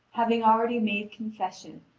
having already made confession,